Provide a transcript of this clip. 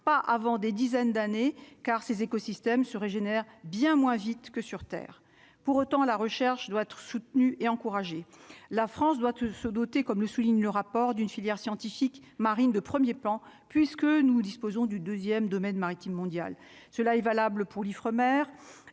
pas avant des dizaines d'années, car ces écosystèmes se régénère bien moins vite que sur Terre, pour autant, la recherche doit être soutenu et encouragé la France doit se doter, comme le souligne le rapport, d'une filière scientifique marine de 1er plan puisque nous disposons du 2ème domaine maritime mondial, cela est valable pour l'Ifremer